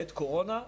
בעת קורונה,